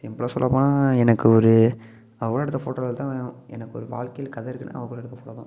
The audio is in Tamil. சிம்புளாக சொல்லப்போனால் எனக்கு ஒரு அவள் கூட எடுத்த ஃபோட்டோ தான் எனக்கு ஒரு வாழ்க்கையில் கதை இருக்குதுனா அவள் கூட எடுத்த ஃபோட்டோ தான்